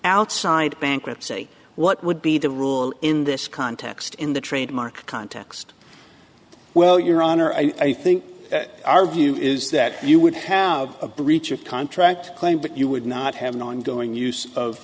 outside bankruptcy what would be the rule in this context in the trademark context well your honor i think our view is that you would have a breach of contract claim but you would not have an ongoing use